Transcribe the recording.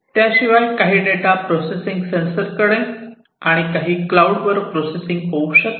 त्याशिवाय काही data processing sensor कडे आणि काही क्लाऊडवर प्रोसेसिंग होऊ शकते